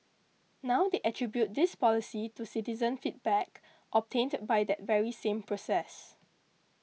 now they attribute this policy to citizen feedback obtained by that very same process